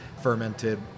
fermented